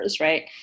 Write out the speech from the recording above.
right